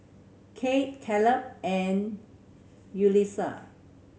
Kate Caleb and Yulisa